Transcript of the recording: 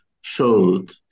showed